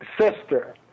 sister